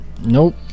Nope